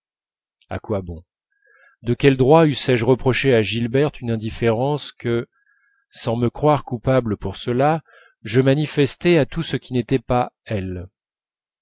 à quoi bon de quel droit eussé-je reproché à gilberte une indifférence que sans me croire coupable pour cela je manifestais à tout ce qui n'était pas elle